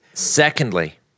Secondly